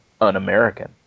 un-American